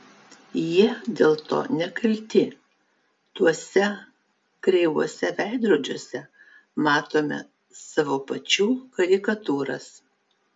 jie dėl to nekalti tuose kreivuose veidrodžiuose matome savo pačių karikatūras